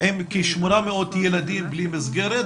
כ-800 ילדים בלי מסגרת,